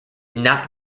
not